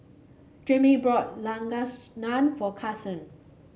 Jamey brought Lasagna for Carsen